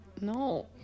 No